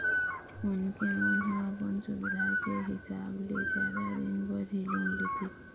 मनखे मन ह अपन सुबिधा के हिसाब ले जादा दिन बर ही लोन लेथे